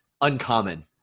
uncommon